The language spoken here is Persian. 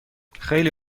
خیلی